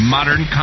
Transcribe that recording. Modern